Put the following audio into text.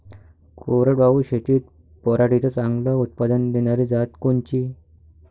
कोरडवाहू शेतीत पराटीचं चांगलं उत्पादन देनारी जात कोनची?